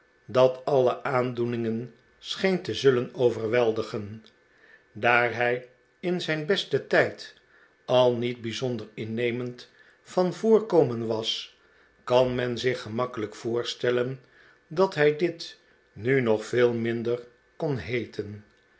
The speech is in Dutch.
dat alle aandoeningen scheen te zullen overweldigen daar hij in zijn besten tijd al niet bijzonder innemend van voorkomen was kan men zich gemakkelijk voorstellen dat hij dit nu nog veel minder kon heeten